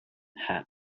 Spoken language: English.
hat